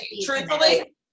Truthfully